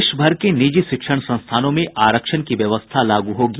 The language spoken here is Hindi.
देशभर के निजी शिक्षण संस्थानों में आरक्षण की व्यवस्था लागू होगी